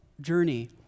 journey